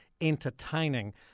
entertaining